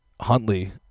Huntley